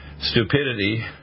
stupidity